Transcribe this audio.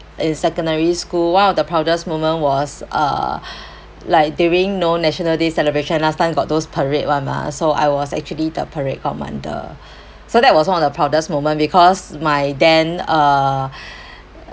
in secondary school one of the proudest moment was uh like during know national day celebration last time got those parade one mah so I was actually the parade commander so that was one of the proudest moment because my then uh